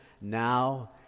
now